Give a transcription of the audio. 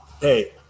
Hey